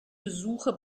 besuche